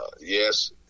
yes